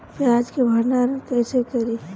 प्याज के भंडारन कईसे करी?